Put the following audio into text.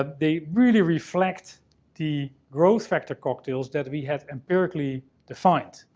ah they really reflect the growth factor cocktails that we have empirically defined.